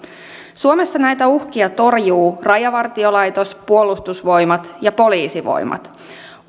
suomessa näitä uhkia torjuvat rajavartiolaitos puolustusvoimat ja poliisivoimat